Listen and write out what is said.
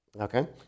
Okay